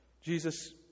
Jesus